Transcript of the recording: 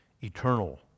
eternal